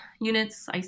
units